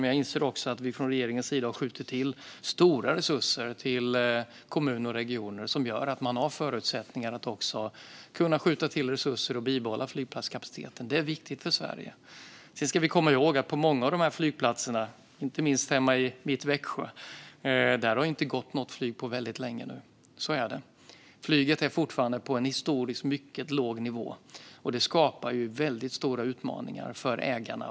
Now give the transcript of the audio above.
Men jag inser också att vi från regeringens sida har skjutit till stora resurser till kommuner och regioner, som gör att man har förutsättningar att också skjuta till resurser och bibehålla flygplatskapaciteten. Det är viktigt för Sverige. Sedan ska vi komma ihåg att det på många av dessa flygplatser, inte minst hemma i mitt Växjö, inte har gått något flyg på väldigt länge nu. Flyget är fortfarande på en historiskt mycket låg nivå, och det skapar väldigt stora utmaningar för ägarna.